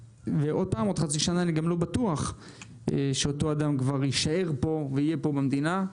עוד חצי שנה אני גם לא בטוח שאותו אדם כבר יישאר פה ויהיה פה במדינה,